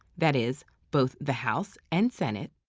that is both the house and senate,